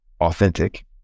authentic